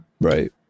right